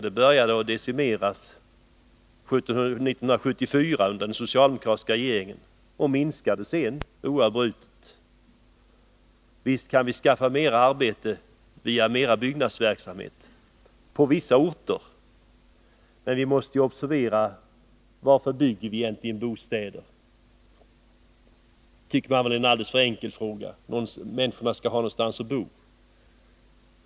Det började decimeras 1974 under den socialdemokratiska regeringen och minskade sedan oavbrutet. Visst kan vi skaffa mer arbete via mer byggnadsverksamhet — på vissa orter! Men vi måste fundera över varför vi egentligen bygger bostäder. Det tycker väl många är en alldeles för enkel fråga: Människorna skall ha någonstans att bo.